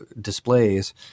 displays